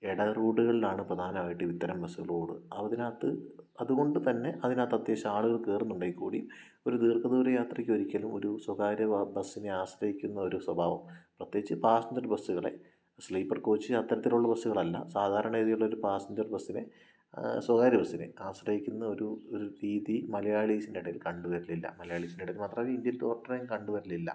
ഇടറോഡുകളിലാണ് പ്രധാനമായിട്ടും ഇത്തരം ബസ്സുകൾ ഓടുക അതിനകത്ത് അതുകൊണ്ടുതന്നെ അതിനകത്ത് അത്യാവശ്യം ആളുകൾ കയറുന്നുണ്ടെങ്കിൽക്കൂടിയും ഒരു ദീർഘദൂര യാത്രയ്ക്കൊരിക്കലും ഒരു സ്വകാര്യ ബസ്സിനെ ആശ്രയിക്കുന്ന ഒരു സ്വഭാവം പ്രത്യേകിച്ച് പാസഞ്ചർ ബസ്സുകളെ സ്ലീപ്പർ കോച്ച് അത്തരത്തിലുള്ള ബസ്സുകളല്ല സാധാരണ ഗതിയിലുള്ള ഒരു പാസഞ്ചർ ബസ്സിനെ സ്വകാര്യ ബസ്സിനെ ആശ്രയിക്കുന്ന ഒരു ഒരു രീതി മലയാളീസിൻ്റെയിടയിൽ കണ്ടു വരാറില്ല മലയാളീസിൻ്റെ ഇടയിൽ മാത്രമല്ല ഇന്ത്യയിൽ ടോട്ടലായും കണ്ടു വരാറില്ല